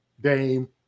Dame